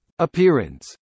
Appearance